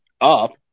up